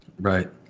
Right